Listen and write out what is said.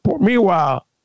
Meanwhile